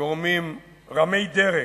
גורמים רמי דרג